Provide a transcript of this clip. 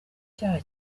cyaha